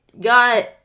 got